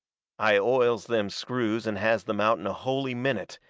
i oils them screws and has them out in a holy minute,